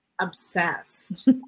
obsessed